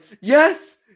yes